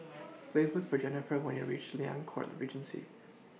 Please Look For Jennifer when YOU REACH Liang Court Regency